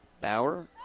Bauer